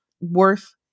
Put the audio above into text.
worth